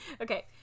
okay